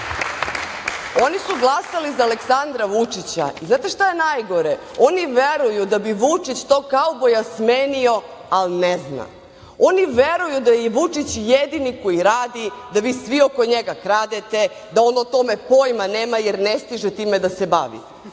Oni su glasali za Aleksandra Vučića. Da li znate šta je najgore? Oni veruju da bi Vučić tog kauboja smenio, ali ne zna. Oni veruju da je Vučić jedini koji radi, da vi svi oko njega kradete, da on o tome poima nema, jer ne stiže time da se